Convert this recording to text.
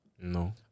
no